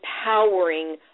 empowering